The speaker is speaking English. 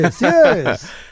yes